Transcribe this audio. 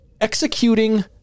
executing